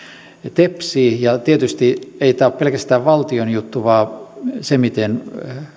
tepsii tietysti tämä ei ole pelkästään valtion juttu vaan se miten